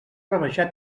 rebaixar